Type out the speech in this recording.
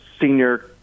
senior